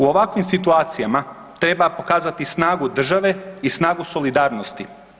U ovakvim situacijama treba pokazati snagu države i snagu solidarnosti.